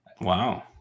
Wow